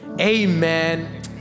amen